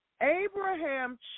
Abraham